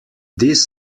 this